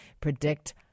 predict